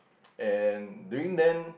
and during then